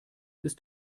ist